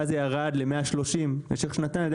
ואז זה ירד ל-130 מיליון ₪ למשך שנתיים.